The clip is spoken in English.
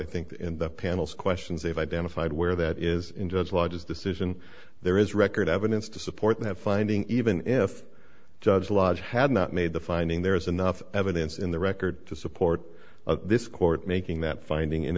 the panel's questions they've identified where that is in judge lodge's decision there is record evidence to support that finding even if judge lodge had not made the finding there is enough evidence in the record to support this court making that finding in